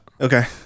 Okay